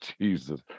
Jesus